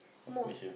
Malaysia